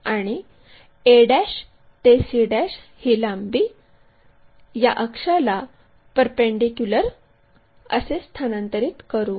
आणि a ते c ही लांबी या अक्षाला परपेंडीक्युलर असे स्थानांतरित करू